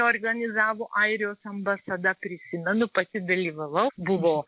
organizavo airijos ambasada prisimenu pati dalyvavau buvo